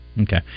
Okay